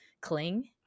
cling